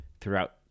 throughout